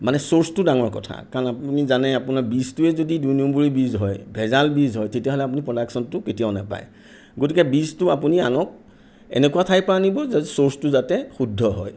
মানে ছ'ৰ্চটো ডাঙৰ কথা কাৰণ আপুনি জানে আপোনাৰ বীজটোৱেই যদি দুই নম্বৰী বীজ হয় ভেজাল বীজ হয় তেতিয়াহ'লে আপুনি প্ৰডাকশ্যনটো কেতিয়াও নেপায় গতিকে বীজটো আপুনি আনক এনেকুৱা ঠাইৰ পৰা আনিব যাতে ছ'ৰ্চটো যাতে শুদ্ধ হয়